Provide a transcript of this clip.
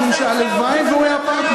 משום שהלוואי שהוא היה פרטנר.